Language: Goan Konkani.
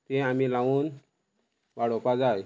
तीं आमी लावन वाडोवपा जाय